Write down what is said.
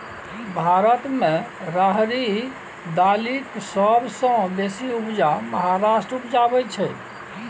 भारत मे राहरि दालिक सबसँ बेसी उपजा महाराष्ट्र उपजाबै छै